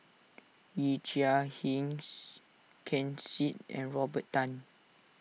Yee Chia Hsing Ken Seet and Robert Tan